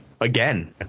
again